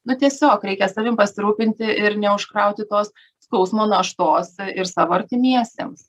nu tiesiog reikia savimi pasirūpinti ir neužkrauti tos skausmo naštos ir savo artimiesiems